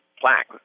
plaque